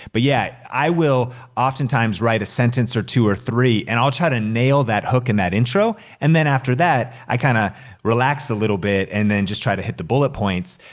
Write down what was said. but yeah, i will oftentimes write a sentence or two or three and i'll try to nail that hook in that intro, and then after that, i kinda relax a little bit, and then just try to hit the bullet points.